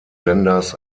senders